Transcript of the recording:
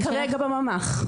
הוא לומד כרגע בממ"ח.